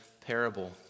parable